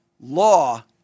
Law